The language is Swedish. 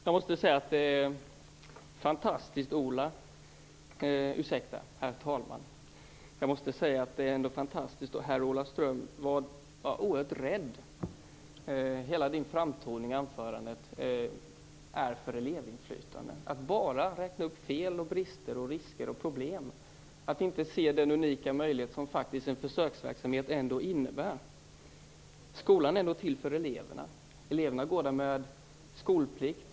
Herr talman! Jag måste säga att det är fantastiskt så oerhört rädd för elevinflytande herr Ola Ström framträder i sitt anförande. Han räknar bara upp fel, risker, brister och problem och ser inte den unika möjlighet som en försöksverksamhet ändå innebär. Skolan är till för eleverna, som går där med skolplikt.